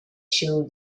show